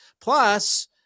Plus